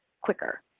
quicker